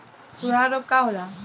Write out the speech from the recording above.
खुरहा रोग का होला?